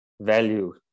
value